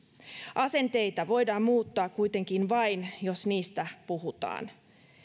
asenteita voidaan muuttaa kuitenkin vain jos niistä puhutaan